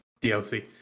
DLC